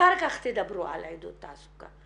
אחר כך תדברו על עידוד תעסוקה.